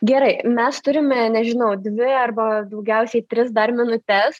gerai mes turime nežinau dvi arba daugiausiai tris dar minutes